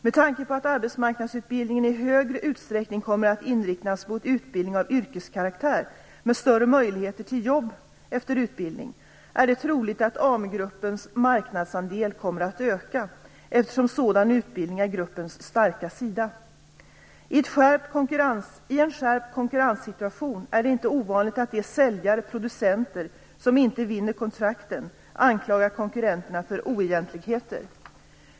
Med tanke på att arbetsmarknadsutbildningen i större utsträckning kommer att inriktas mot utbildning av yrkeskaraktär med större möjligheter till jobb efter utbildning är det troligt att AMU-gruppens marknadsandel kommer att öka, eftersom sådan utbildning är gruppens starka sida. I en skärpt konkurrenssituation är det inte ovanligt att de säljare/producenter som inte vinner kontrakten anklagar konkurrenterna för oegentligheter.